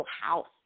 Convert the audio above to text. house